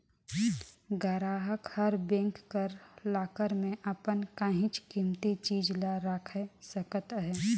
गराहक हर बेंक कर लाकर में अपन काहींच कीमती चीज ल राएख सकत अहे